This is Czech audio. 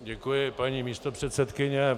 Děkuji, paní místopředsedkyně.